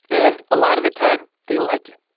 and a lot of the time, they like it.